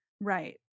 right